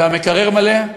והמקרר מלא,